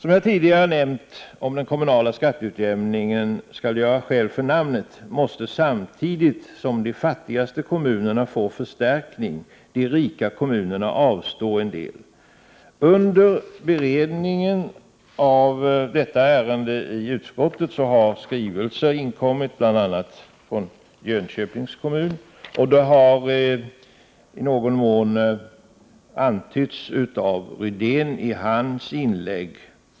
Om den kommunala skatteutjämningen skall göra skäl för namnet måste, som jag tidigare nämnt, de rika kommunerna avstå en del samtidigt som de fattigaste kommunera får förstärkning. Under beredningen av detta ärende i utskottet har skrivelser inkommit, bl.a. från Jönköpings kommun; det har i någon mån antytts av Rune Rydén i hans inlägg.